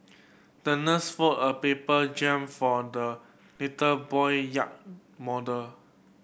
the nurse folded a paper jib for the little boy yacht model